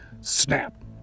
snap